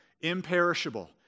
Imperishable